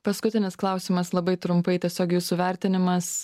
paskutinis klausimas labai trumpai tiesiog jūsų vertinimas